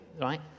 right